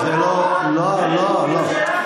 הציונים הם, פלסטין, לא, לא, לא.